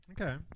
okay